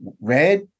red